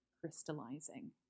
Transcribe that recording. crystallizing